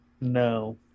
No